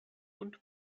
und